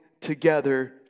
together